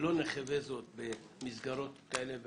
שלא נחזה זאת עוד במסגרת כאלה ואחרות.